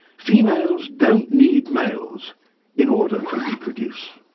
females don't need males in order to reproduce.